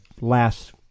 last